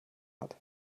hat